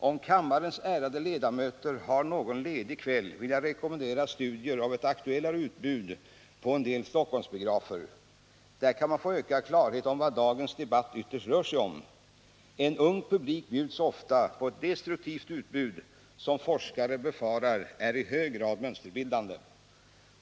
Om kammarens ärade ledamöter har någon ledig kväll vill jag rekommendera studier av ett aktuellare utbud på en del Stockholmsbiografer. Där kan man få ökad klarhet om vad dagens debatt ytterst rör sig om. En ung publik bjuds ofta på ett destruktivt utbud, som forskare befarar är i hög grad mönsterbildande.